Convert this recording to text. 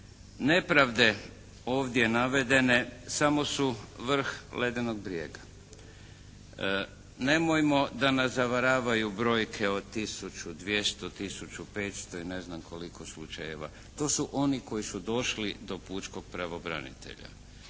nepravde ovdje navedene samo su vrh ledenog brijega. Nemojmo da nas zavaravaju brojke od tisuću 200, tisuću 500 i ne znam koliko slučajeva. To su oni koji su došli do pučkog pravobranitelja,